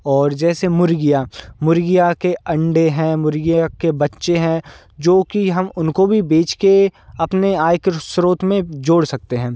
और जैसे मुर्गियाँ मुर्गियाँ के अंडे हैं मुर्गियों के बच्चे हैं जो कि हम उनको भी बेचकर अपने आय के स्रोत में जोड़ सकते हैं